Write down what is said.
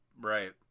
Right